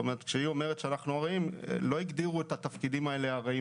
כשהיא אומרת שאנחנו ארעיים לא הגדירו את התפקידים האלה כארעיים